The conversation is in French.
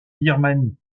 birmanie